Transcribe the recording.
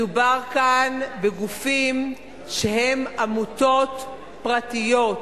מדובר כאן בגופים שהם עמותות פרטיות,